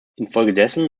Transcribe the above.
infolgedessen